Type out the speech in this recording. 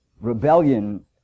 rebellion